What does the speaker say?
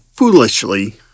foolishly